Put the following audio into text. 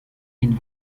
den